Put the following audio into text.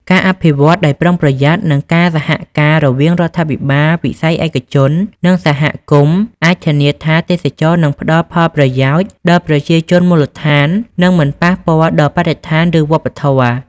ការអភិវឌ្ឍដោយប្រុងប្រយ័ត្ន និងការសហការរវាងរដ្ឋាភិបាល វិស័យឯកជន និងសហគមន៍អាចធានាថាទេសចរណ៍នឹងផ្ដល់ផលប្រយោជន៍ដល់ប្រជាជនមូលដ្ឋាន និងមិនប៉ះពាល់ដល់បរិស្ថាន ឬវប្បធម៌។